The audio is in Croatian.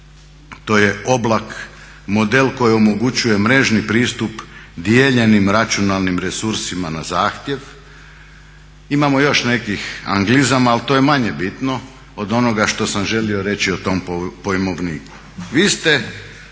to je oblak model koji omogućuje mrežni pristup dijeljenim računalnim resursima na zahtjev. Imamo još nekih anglizama ali to je manje bitno od onoga što sam želio reći o tom pojmovniku.